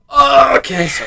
Okay